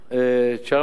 Chairman,